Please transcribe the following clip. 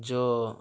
جو